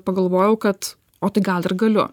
pagalvojau kad o tai gal ir galiu